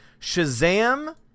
Shazam